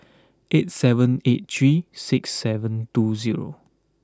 eight seven eight three six seven two zero